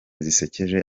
zisekeje